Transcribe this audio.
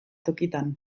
tokitan